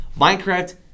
Minecraft